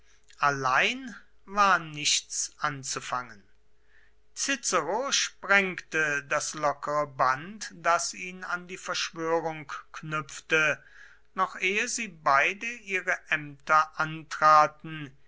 allein war nichts anzufangen cicero sprengte das lockere band das ihn an die verschwörung knüpfte noch ehe sie beide ihre ämter antraten